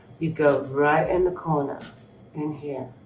you go right in the corner in here,